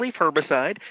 herbicide